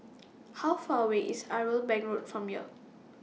How Far away IS Irwell Bank Road from here